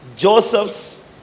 Joseph's